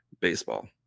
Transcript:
baseball